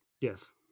Yes